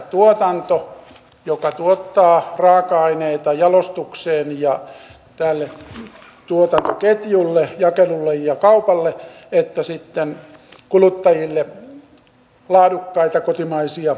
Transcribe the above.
tuotanto joka tuottaa raaka aineita jalostukseen ja tälle tuotantoketjulle jakelulle ja kaupalle sekä kuluttajille laadukkaita kotimaisia elintarvikkeita